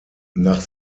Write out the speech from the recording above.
nach